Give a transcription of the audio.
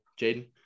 Jaden